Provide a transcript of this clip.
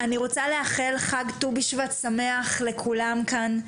אני רוצה לאחל חג ט"ו בשבט שמח לכולם כאן.